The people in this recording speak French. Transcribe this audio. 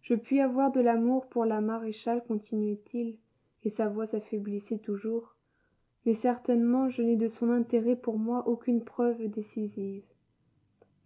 je puis avoir de l'amour pour la maréchale continuait il et sa voix s'affaiblissait toujours mais certainement je n'ai de son intérêt pour moi aucune preuve décisive